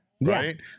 right